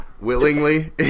Willingly